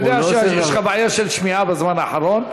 אני יודע שיש לך בעיה של שמיעה בזמן האחרון,